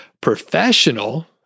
professional